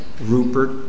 Rupert